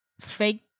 fake